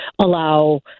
allow